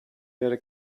werde